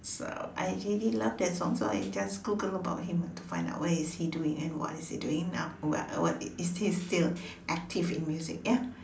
so I really love that song so I just Googled about him to find out what he's doing and what is he doing now what what is he still active in music ya